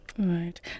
Right